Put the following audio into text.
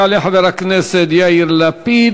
יעלה חבר הכנסת יאיר לפיד.